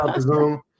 Zoom